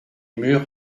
murs